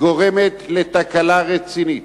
גורמת לתקלה רצינית.